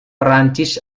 perancis